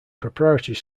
preparatory